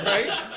Right